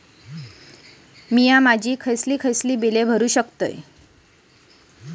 मी माझी कोणकोणती बिले भरू शकतो?